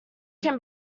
can